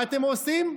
מה אתם עושים?